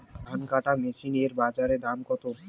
ধান কাটার মেশিন এর বাজারে দাম কতো?